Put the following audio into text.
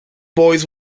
boys